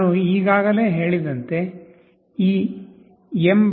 ನಾನು ಈಗಾಗಲೇ ಹೇಳಿದಂತೆ ಈ mbed